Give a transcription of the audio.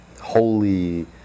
holy